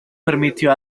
permitió